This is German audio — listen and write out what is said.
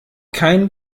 kein